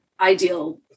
ideal